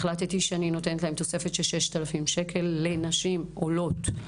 החלטתי שאני נותנת להם תוספת של 6,000 שקל לנשים עולות.